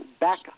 back